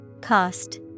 Cost